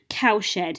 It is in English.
Cowshed